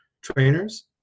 trainers